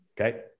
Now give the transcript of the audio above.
Okay